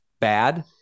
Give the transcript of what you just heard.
bad